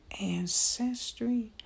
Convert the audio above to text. ancestry